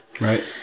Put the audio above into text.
Right